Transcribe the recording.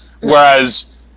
Whereas